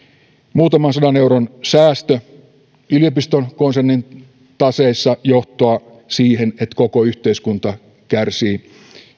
muutaman sadan euron säästö yliopistokonsernin taseissa johtaa siihen että koko yhteiskunta kärsii